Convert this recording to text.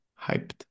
hyped